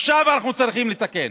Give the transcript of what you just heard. עכשיו אנחנו צריכים לתקן.